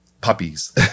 puppies